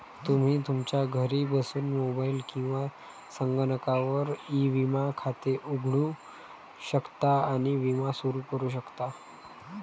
तुम्ही तुमच्या घरी बसून मोबाईल किंवा संगणकावर ई विमा खाते उघडू शकता आणि विमा सुरू करू शकता